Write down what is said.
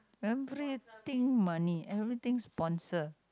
everything money everything sponsor